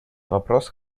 вопрос